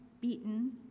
beaten